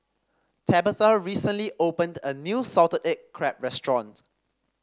Tabatha recently opened a new Salted Egg Crab restaurant